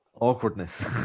awkwardness